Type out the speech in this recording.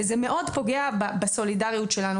וזה מאוד פוגע בסולידריות שלנו,